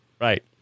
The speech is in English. Right